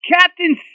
Captain